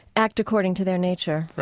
act according to their nature,